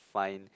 find